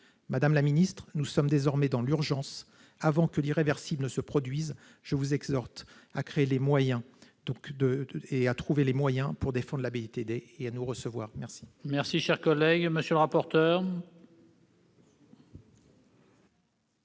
Madame la ministre, nous sommes désormais dans l'urgence. Avant que l'irréversible ne se produise, je vous exhorte à trouver les moyens pour défendre la BITD et le temps de nous recevoir. La